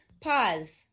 pause